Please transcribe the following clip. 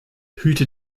hüte